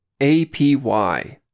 APY